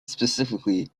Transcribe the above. specifically